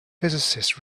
physicist